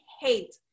hate